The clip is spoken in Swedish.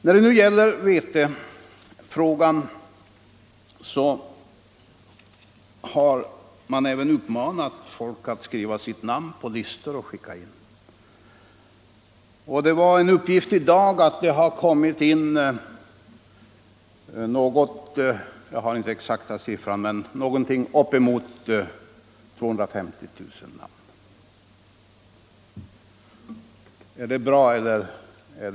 När det nu gäller vetefrågan har man även uppmanat folk att skriva sitt namn på listor och skicka in. Jag såg en uppgift i dag — jag har inte den exakta siffran — att det har kommit in upp emot 250 000 namn. Är det bra eller inte?